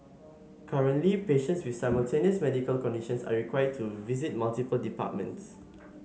currently patients with simultaneous medical conditions are required to visit multiple departments